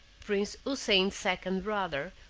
prince houssain's second brother,